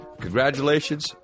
congratulations